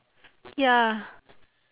ya